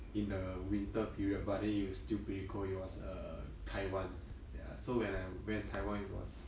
in a winter period but then it was still pretty cold it was err taiwan ya so when I went taiwan it was